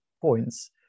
points